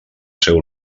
seu